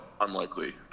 unlikely